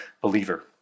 believer